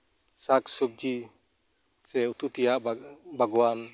ᱥᱟᱠ ᱥᱚᱵᱡᱤ ᱥᱮ ᱩᱛᱩ ᱛᱮᱭᱟᱜ ᱵᱟᱜᱽᱣᱟᱱ